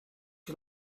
you